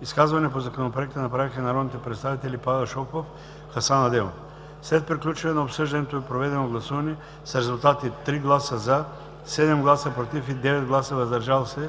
Изказвания по Законопроекта направиха народните представители Павел Шопов и Хасан Адемов. След приключване на обсъждането и проведеното гласуване с резултати: 3 гласа „за“, 7 гласа „против“ и 9 гласа „въздържал се“,